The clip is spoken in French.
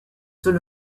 sont